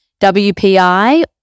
WPI